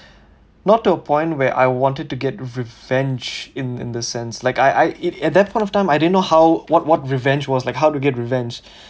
not to a point where I wanted to get revenge in the sense like I I at that point of time I didn't know how what what revenge was like how to get revenge